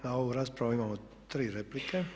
Na ovu raspravu imamo tri replike.